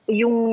yung